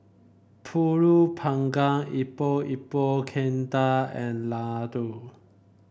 pulut panggang Epok Epok Kentang and laddu